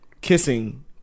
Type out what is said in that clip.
kissing